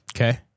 Okay